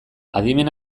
adimen